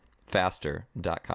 Faster.com